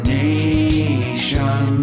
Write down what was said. nation